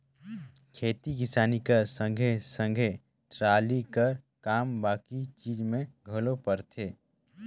खेती किसानी कर संघे सघे टराली कर काम बाकी चीज मे घलो परथे